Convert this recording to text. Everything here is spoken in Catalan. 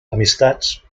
amistats